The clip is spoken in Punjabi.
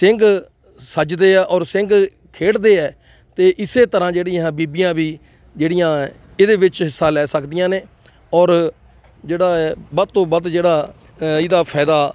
ਸਿੰਘ ਸੱਜਦੇ ਆ ਔਰ ਸਿੰਘ ਖੇਡਦੇ ਆ ਅਤੇ ਇਸੇ ਤਰ੍ਹਾਂ ਜਿਹੜੀਆਂ ਬੀਬੀਆਂ ਵੀ ਜਿਹੜੀਆਂ ਇਹਦੇ ਵਿੱਚ ਹਿੱਸਾ ਲੈ ਸਕਦੀਆਂ ਨੇ ਔਰ ਜਿਹੜਾ ਵੱਧ ਤੋਂ ਵੱਧ ਜਿਹੜਾ ਇਹਦਾ ਫਾਇਦਾ